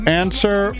answer